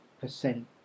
percent